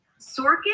Sorkin